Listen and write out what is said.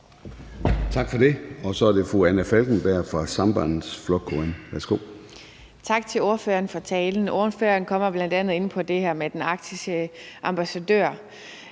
Tak for det. Og så er det fru Anna Falkenberg fra Sambandsflokkurin. Værsgo. Kl. 10:29 Anna Falkenberg (SP): Tak til ordføreren for talen. Ordføreren kommer bl.a. ind på det her med den arktiske ambassadør,